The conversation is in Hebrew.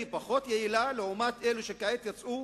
זה פחות יעיל לעומת אלה שכעת יצאו